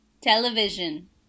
Television